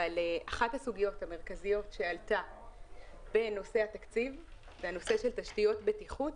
אחת הסוגיות המרכזיות שעלתה בנושא התקציב היא נושא תשתיות בטיחות,